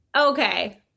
Okay